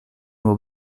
will